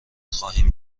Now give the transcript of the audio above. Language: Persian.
خواهیم